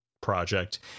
project